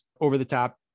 over-the-top